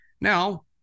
now